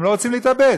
הם לא רוצים להתאבד.